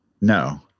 No